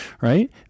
right